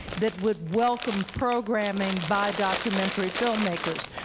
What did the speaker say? that would welcome programming by documentary filmmakers.